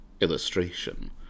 illustration